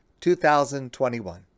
2021